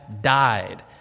died